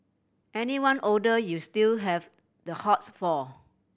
anyone older you still have the hots for